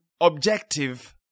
objective